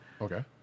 Okay